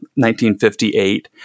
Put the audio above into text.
1958